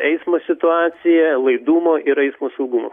eismo situacija laidumo ir eismo saugumo